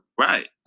Right